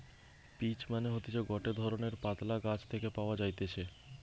peach মানে হতিছে গটে ধরণের পাতলা গাছ থেকে পাওয়া যাইতেছে